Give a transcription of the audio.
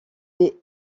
des